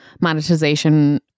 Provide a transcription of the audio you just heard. monetization